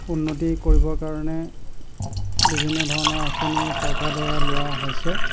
উন্নতি কৰিবৰ কাৰণে বিভিন্ন ধৰণৰ আঁচনি চৰকাৰৰ দ্বাৰা লোৱা হৈছে